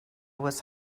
was